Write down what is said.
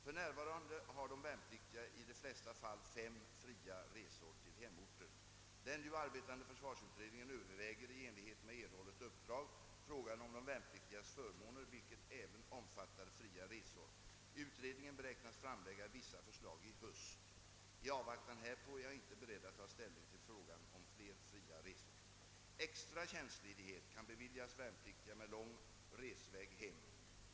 För närvarande har de värnpliktiga i de flesta fall fem fria resor till hemorten. Den nu arbetande försvarsutredningen överväger i enlighet med erhållet uppdrag frågan om de värnpliktigas förmåner, vilka även omfattar fria resor. Utredningen beräknar framlägga vissa förslag i höst. I avvaktan härpå är jag inte beredd att ta ställning till frågan om fler fria resor. Extra tjänstledighet kan beviljas värnpliktiga med lång resväg hem.